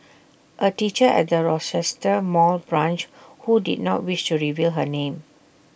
A teacher at the Rochester mall branch who did not wish to reveal her name